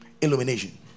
illumination